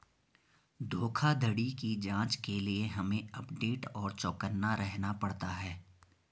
धोखाधड़ी की जांच के लिए हमे अपडेट और चौकन्ना रहना पड़ता है